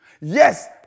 Yes